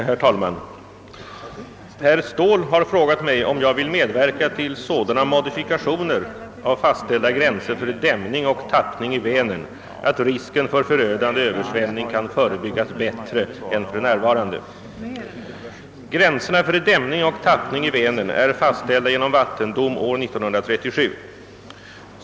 Herr talman! Herr Ståhl har frågat mig om jag vill medverka till sådana modifikationer av fastställda gränser för dämning och tappning i Vänern, att risken för förödande översvämning kan förebyggas bättre än för närvarande. Gränserna för dämning och tappning i Vänern är fastställda genom vattendom år 1937.